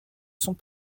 sont